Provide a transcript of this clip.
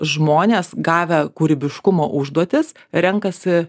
žmonės gavę kūrybiškumo užduotis renkasi